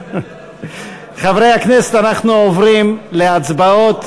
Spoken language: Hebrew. חברי הכנסת אנחנו עוברים להצבעות.